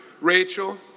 Rachel